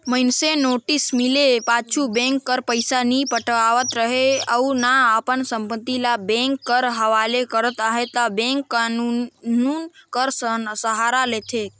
मइनसे नोटिस मिले पाछू बेंक कर पइसा नी पटावत रहें अउ ना अपन संपत्ति ल बेंक कर हवाले करत अहे ता बेंक कान्हून कर सहारा लेथे